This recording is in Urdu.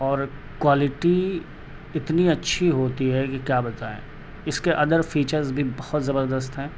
اور کوالٹی اتنی اچھی ہوتی ہے کہ کیا بتائیں اس کے ادر فیچرس بھی بہت زبردست ہیں